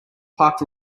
parked